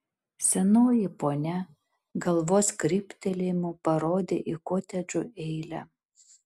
senoji ponia galvos kryptelėjimu parodė į kotedžų eilę